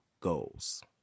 goals